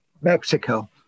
Mexico